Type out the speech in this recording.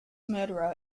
murderer